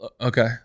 Okay